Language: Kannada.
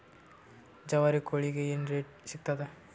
ಜವಾರಿ ಕೋಳಿಗಿ ಏನ್ ರೇಟ್ ಸಿಗ್ತದ?